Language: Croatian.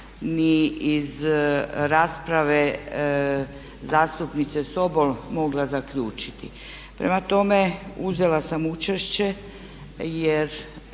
nisam iz rasprave zastupnice Sobol mogla zaključiti. Prema tome, uzela sam učešće jer